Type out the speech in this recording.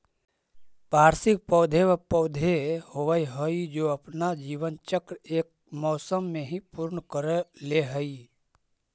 वार्षिक पौधे व पौधे होवअ हाई जो अपना जीवन चक्र एक मौसम में ही पूर्ण कर ले हई